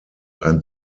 ein